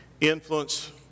influence